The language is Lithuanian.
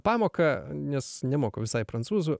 pamoką nes nemoku visai prancūzų